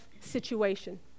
situation